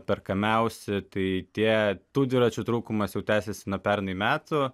perkamiausi tai tie tų dviračių trūkumas jau tęsiasi nuo pernai metų